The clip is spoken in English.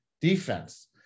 defense